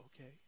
okay